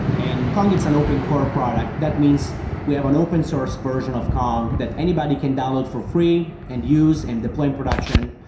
and kong is an open core product. that means we have an open source version of kong that anybody can download for free and use and deploy in production.